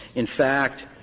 in fact,